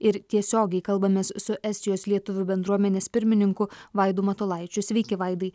ir tiesiogiai kalbamės su estijos lietuvių bendruomenės pirmininku vaidu matulaičiu sveiki vaidai